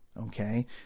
Okay